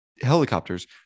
helicopters